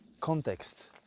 context